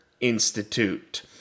Institute